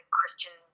Christian